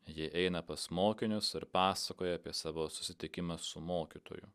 ji eina pas mokinius ir pasakoja apie savo susitikimą su mokytoju